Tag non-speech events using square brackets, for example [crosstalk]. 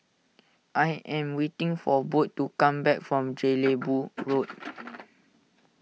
I am waiting for Bode to come back from [noise] Jelebu Road